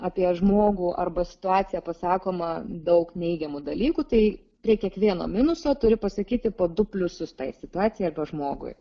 apie žmogų arba situaciją pasakoma daug neigiamų dalykų tai prie kiekvieno minuso turi pasakyti po du pliusus tai situacijai žmogui